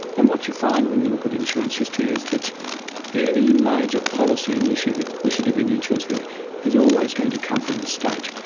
and what you find when you look at insurance history is that any major policy initiative initiative in the insurance field is always going to come from the state.